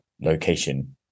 location